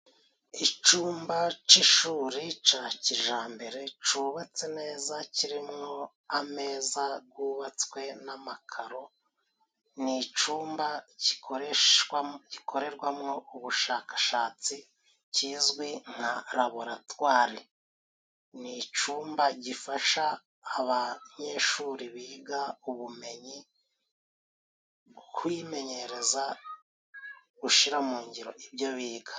Icyumba cy'ishuri cya kijyambere cyubatse neza kirimo ameza yubatswe n'amakaro. Ni icyumba gikoreshwamo gikorerwamo ubushakashatsi kizwi nka laboratwari. Ni icyumba gifasha abanyeshuri biga ubumenyi, kwimenyereza gushyira mu ngiro ibyo biga.